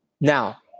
Now